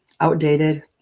outdated